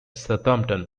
southampton